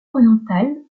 oriental